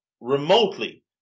remotely